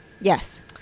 yes